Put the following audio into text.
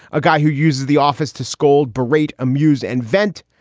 a guy who used the office to scold, berate, amused and vent.